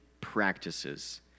practices